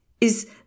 is